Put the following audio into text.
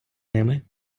ними